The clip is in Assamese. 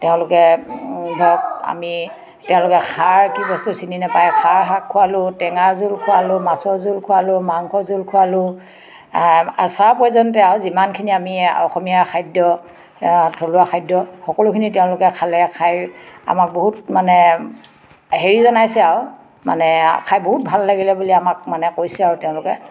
তেওঁলোকে ধৰক আমি তেওঁলোকে খাৰ কি বস্তু চিনি নাপায় খাৰ শাক খুৱালোঁ টেঙা জোল খুৱালোঁ মাছৰ জোল খুৱালোঁ মাংস জোল খুৱালোঁ আচাৰ পৰ্যন্ত আৰু যিমানখিনি আমি অসমীয়া খাদ্য থলুৱা খাদ্য সকলোখিনি তেওঁলোকে খালে খাই আমাক বহুত মানে হেৰি জনাইছে আৰু মানে খাই বহুত ভাল লাগিলে বুলি আমাক মানে কৈছে আৰু তেওঁলোকে